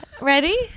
Ready